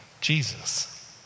Jesus